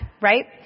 right